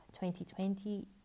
2020